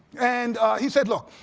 and he said, look,